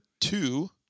two